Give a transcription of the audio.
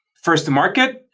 first to market.